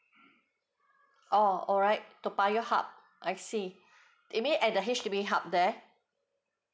oh alright toa payoh hub I see it mean at the H_D_B hub there